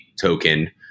token